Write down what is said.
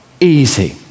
easy